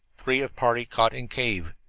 three of party caught in cave-in.